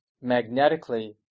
magnetically